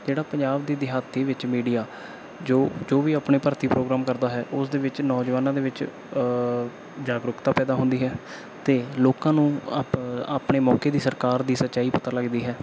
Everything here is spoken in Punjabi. ਜਿਹੜਾ ਪੰਜਾਬ ਦੀ ਦਿਹਾਤੀ ਵਿੱਚ ਮੀਡੀਆ ਜੋ ਜੋ ਵੀ ਆਪਣੇ ਭਰਤੀ ਪ੍ਰੋਗਰਾਮ ਕਰਦਾ ਹੈ ਉਸ ਦੇ ਵਿੱਚ ਨੌਜਵਾਨਾਂ ਦੇ ਵਿੱਚ ਜਾਗਰੂਕਤਾ ਪੈਦਾ ਹੁੰਦੀ ਹੈ ਅਤੇ ਲੋਕਾਂ ਨੂੰ ਆਪ ਆਪਣੇ ਮੌਕੇ ਦੀ ਸਰਕਾਰ ਦੀ ਸੱਚਾਈ ਪਤਾ ਲੱਗਦੀ ਹੈ